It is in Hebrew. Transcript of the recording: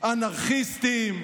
"אנרכיסטים",